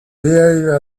behavior